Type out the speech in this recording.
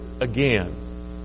again